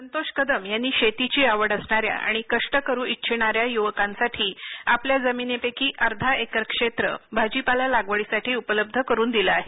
संतोष कदम यांनी शेतीची आवड असणाऱ्या आणि कष्ट करू इच्छिणाऱ्या युवकांसाठी आपल्या जमिनीपैकी अर्धा एकर क्षेत्र भाजीपाला लागवडीसाठी उपलब्ध करून दिलं आहे